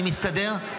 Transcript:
אני מסתדר,